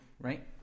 right